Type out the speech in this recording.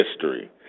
history